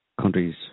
countries